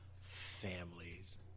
families